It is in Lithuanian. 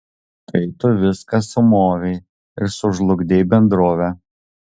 tai tu viską sumovei ir sužlugdei bendrovę